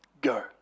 Go